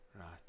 right